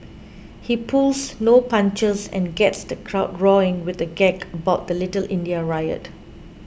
he pulls no punches and gets the crowd roaring with a gag about the Little India riot